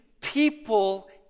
people